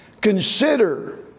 Consider